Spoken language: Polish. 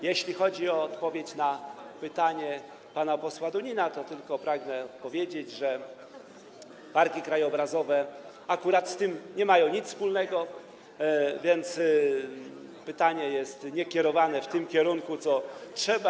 Jeśli chodzi o odpowiedź na pytanie pana posła Dunina, to tylko pragnę powiedzieć, że parki krajobrazowe akurat z tym nie mają nic wspólnego, więc pytanie nie jest kierowane w tę stronę, co trzeba.